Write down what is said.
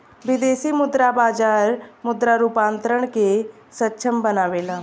विदेशी मुद्रा बाजार मुद्रा रूपांतरण के सक्षम बनावेला